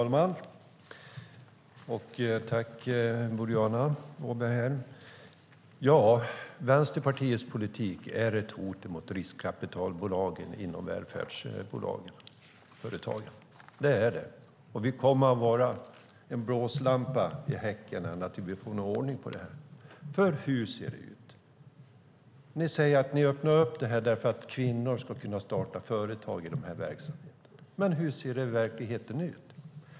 Herr talman! Tack, Boriana Åberg! Ja, Vänsterpartiets politik är ett hot mot riskkapitalbolagen inom välfärdssektorn. Vi kommer att vara en blåslampa i häcken på dem ända tills vi får ordning på detta. Hur ser det ut? Ni, Boriana Åberg, säger att ni öppnar upp för det för att kvinnor ska kunna starta företag inom dessa sektorer. Men hur ser verkligheten ut?